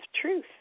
Truth